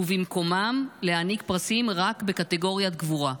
ובמקומם, להעניק פרסים רק בקטגוריית גבורה.